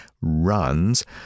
runs—